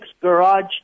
garage